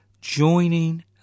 Joining